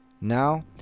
Now